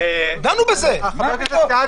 איפה?